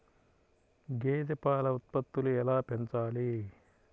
గేదె పాల ఉత్పత్తులు ఎలా పెంచాలి?